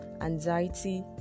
anxiety